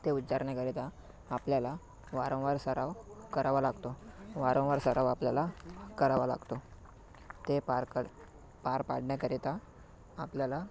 ते उच्चारण्याकरिता आपल्याला वारंवार सराव करावा लागतो वारंवार सराव आपल्याला करावा लागतो ते पार कर पार पाडण्याकरिता आपल्याला